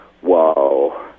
whoa